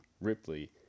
Ripley